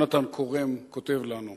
יונתן כורם כותב לנו: